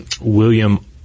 William